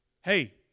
Hey